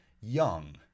young